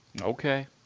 Okay